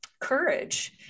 courage